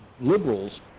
liberals